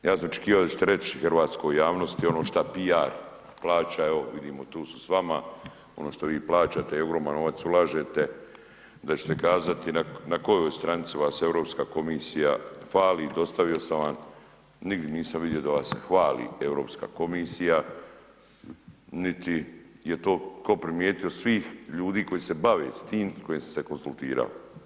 Ja sam očekiva da ćete reć hrvatskoj javnosti ono što piar plaća, evo vidimo tu su s vama, ono što vi plaćate je ogroman novac ulažete da ćete kazati na kojoj stranici vas Europska komisija fali, dostavio sam vam, nigdi nisam vidio da vas hvali Europska komisija, niti je to ko primjetio od svih ljudi koji se bave s tim s kojima sam se konzultirao.